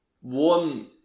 one